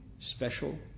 special